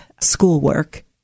schoolwork